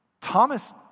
Thomas